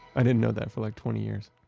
i didn't know that for like twenty years.